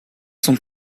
sont